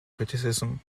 criticism